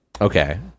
Okay